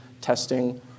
testing